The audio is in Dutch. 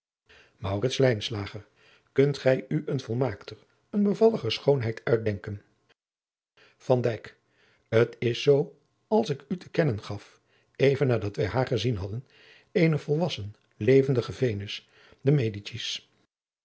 kunt gij u een volmaakter een bevalliger schoonheid uitdenken van dijk t is zoo als ik u te kennen gaf even nadat wij haar gezien hadden eene volwassen levendige venus de